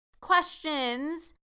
Questions